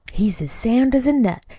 he's as sound as a nut,